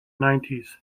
nineties